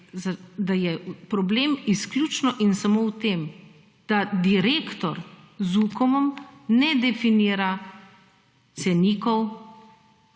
da je problem izključno in samo v tem, da direktor z UKOM ne definira cenikov,